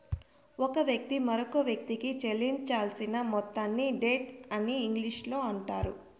ఒక వ్యక్తి మరొకవ్యక్తికి చెల్లించాల్సిన మొత్తాన్ని డెట్ అని ఇంగ్లీషులో అంటారు